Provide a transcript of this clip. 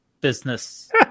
business